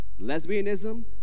lesbianism